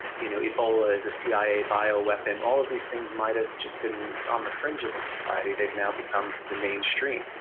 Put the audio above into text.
you know, ebola is a cia bio weapon, all of these things might have just been on the fringes of society, they've now become the mainstream.